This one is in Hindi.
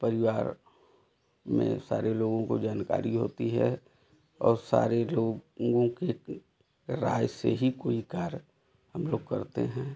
परिवार में सारे लोगों को जानकारी होती है और सारे लोगों के राय से ही कोई कार हम लोग करते हैं